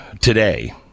today